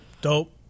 Dope